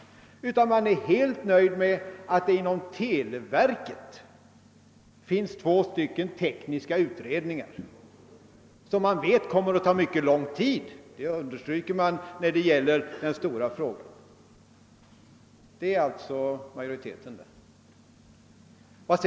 Majoriteten är helt nöjd med att det inom televerket arbetar två tekniska utredningar, ett arbete som man ändå vet kommer att ta mycket lång tid.